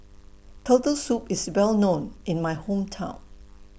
Turtle Soup IS Well known in My Hometown